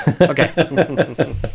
Okay